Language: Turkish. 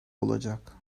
olacak